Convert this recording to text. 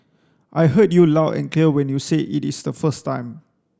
I heard you loud and clear when you said it is the first time